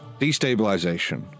Destabilization